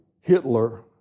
Hitler